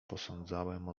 posądzałem